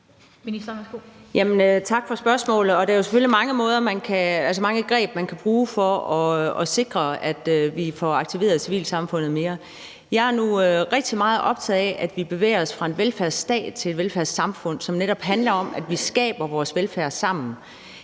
Tak for spørgsmålet. Der er jo selvfølgelig mange greb, man kan bruge for at sikre, at vi får aktiveret civilsamfundet mere. Jeg er nu rigtig meget optaget af, at vi bevæger os fra en velfærdsstat til et velfærdssamfund, som netop handler om, at vi skaber vores velfærd sammen.